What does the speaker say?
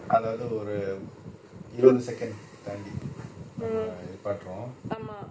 ah okay உன்னோட:unnoda tracking வந்து கொஞ்சம் நீ:vanthu konja nee update பண்ணனும்:pannanum